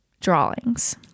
drawings